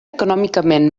econòmicament